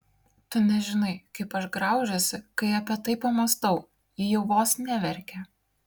tu nežinai kaip aš graužiuosi kai apie tai pamąstau ji jau vos neverkė